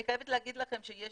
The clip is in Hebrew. אני חייבת להגיד לכם שיש